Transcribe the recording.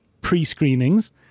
pre-screenings